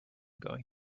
going